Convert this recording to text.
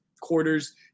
quarters